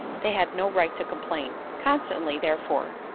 they had no right to complain. constantly, therefore,